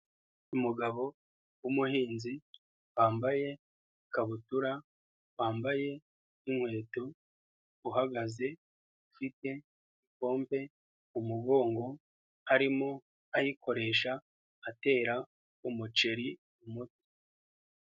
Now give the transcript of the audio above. Umugabo w'umuhinzi wambaye ikabutura, wambaye n'inkweto uhagaze ufite pompe ku mugongo arimo ayikoresha atera umuceri umuti.